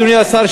אדוני השר,